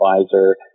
advisor